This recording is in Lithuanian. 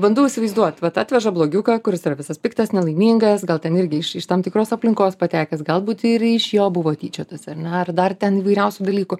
bandau įsivaizduot vat atveža blogiuką kuris yra visas piktas nelaimingas gal ten irgi iš iš tam tikros aplinkos patekęs galbūt ir iš jo buvo tyčiotasi ar ne ar dar ten įvairiausių dalykų